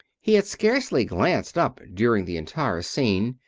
he had scarcely glanced up during the entire scene.